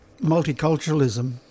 multiculturalism